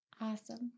Awesome